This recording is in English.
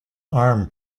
arm